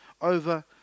over